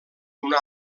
una